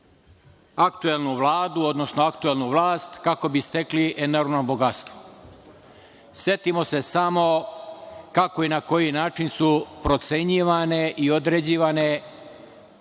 aktuelnu vladu, odnosno aktuelnu vlast kako bi stekli enormno bogatstvo. Setimo se samo kako i na koji način su procenjivane i određivane